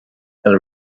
and